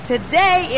today